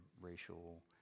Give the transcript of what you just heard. racial